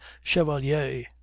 chevalier